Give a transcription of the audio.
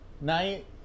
night